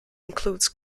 includes